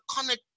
connect